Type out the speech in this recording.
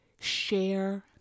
share